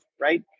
right